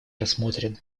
рассмотрены